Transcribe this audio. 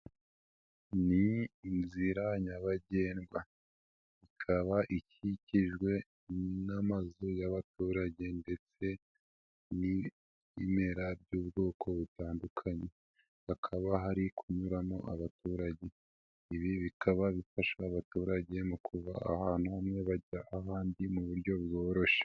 Ni inzira nyabagendwa, ikaba ikikijwe n'amazu y'abaturage ndetse n'ibimera by'ubwoko butandukanye, hakaba hari kunyuramo abaturage, ibi bikaba bifasha abaturage mu kuva ahantu bamwe bajya ahandi mu buryo bworoshe.